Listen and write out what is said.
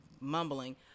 mumbling